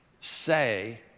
say